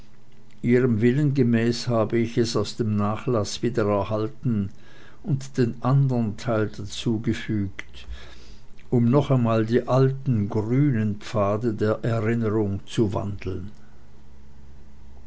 ihrem willen gemäß habe ich es aus dem nachlaß wiedererhalten und den andern teil dazugefügt um noch einmal die alten grünen pfade der erinnerung zu wandeln